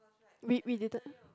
we we didn't